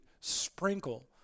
sprinkle